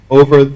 over